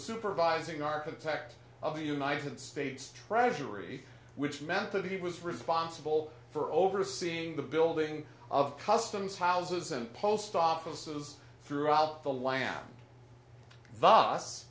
supervising architect of the united states treasury which meant that he was responsible for overseeing the building of customs houses and post offices throughout the land